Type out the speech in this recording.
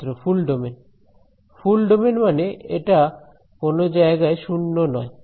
ছাত্র full domain full domain মানে এটা কোন জায়গায় 0 নয়